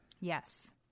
Yes